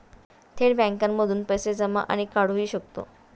थेट बँकांमधूनही पैसे जमा आणि काढुहि शकतो